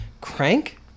Crank